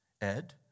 Ed